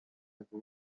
ago